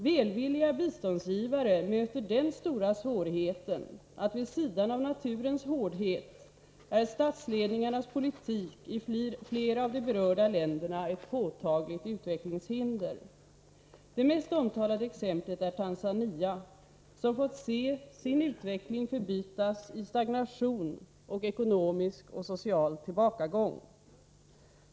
Välvilliga biståndsgivare möter den stora svårigheten att vid sidan av naturens hårdhet är statsledningarnas politik i flera av de berörda länderna ett påtagligt utvecklingshinder. Det mest omtalade exemplet är Tanzania, som fått se sin utveckling förbytas i stagnation och ekonomisk och social tillbakagång.